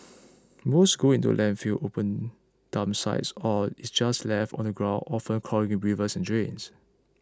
most goes into landfills open dump sites or is just left on the ground often clogging rivers and drains